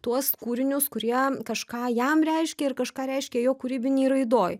tuos kūrinius kurie kažką jam reiškė ir kažką reiškė jo kūrybinėj raidoj